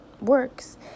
works